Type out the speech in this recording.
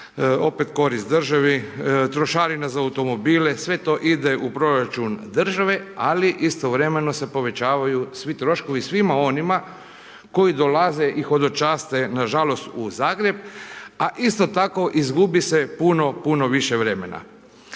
opet korist državi, trošarina za automobile sve to ide u proračun državi ali istovremeno se povećavaju svi troškovi svima onima koji dolaze i hodočaste nažalost u Zagreb, a isto tako izgubi se puno, puno više vremena.